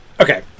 okay